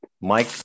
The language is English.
Mike